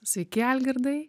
sveiki algirdai